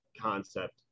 concept